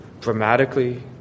dramatically